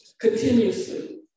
continuously